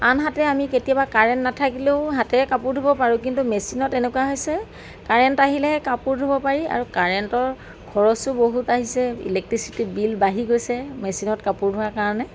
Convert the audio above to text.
আনহাতে আমি কেতিয়াবা কাৰেণ্ট নাথাকিলেও হাতেৰে কাপোৰ ধুব পাৰোঁ কিন্তু মেচিনত এনেকুৱা হৈছে কাৰেণ্ট আহিলেহে কাপোৰ ধুব পাৰি আৰু কাৰেণ্টৰ খৰচো বহুত আহিছে ইলেক্ট্ৰিচিটি বিল বাঢ়ি গৈছে মেচিনত কাপোৰ ধোৱাৰ কাৰণে